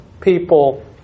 people